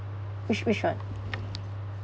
which which one